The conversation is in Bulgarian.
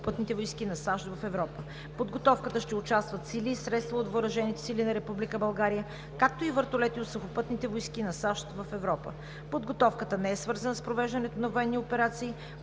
Сухопътните войски на САЩ в Европа. В подготовката ще участват сили и средства от Въоръжените сили на Република България, както и вертолети от Сухопътните войски на САЩ в Европа. Подготовката не е свързана с провеждането на военни операции,